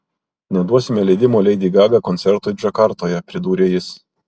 neduosime leidimo leidi gaga koncertui džakartoje pridūrė jis